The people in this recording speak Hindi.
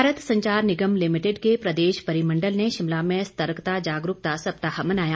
भारत संचार निगम लिमिटेड के प्रदेश परिमंडल ने शिमला में सतर्कता जागरूकता सप्ताह मनाया